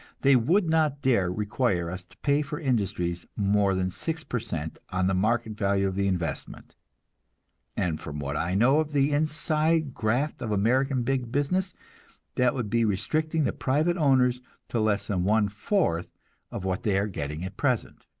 they would not dare require us to pay for industries more than six per cent on the market value of the investment and from what i know of the inside graft of american big business that would be restricting the private owners to less than one-fourth of what they are getting at present.